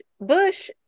bush